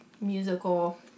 musical